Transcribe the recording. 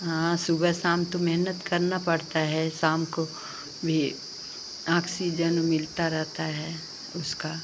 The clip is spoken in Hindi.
हाँ सुबह शाम तो मेहनत करनी पड़ती है शाम को भी ऑक्सीजन मिलता रहता है उसका